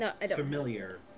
familiar